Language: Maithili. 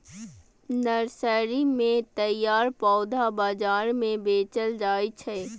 नर्सरी मे तैयार पौधा कें बाजार मे बेचल जाइ छै